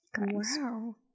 Wow